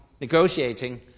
negotiating